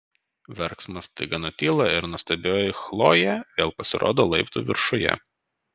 verksmas staiga nutyla ir nuostabioji chlojė vėl pasirodo laiptų viršuje